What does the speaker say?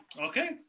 Okay